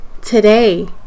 Today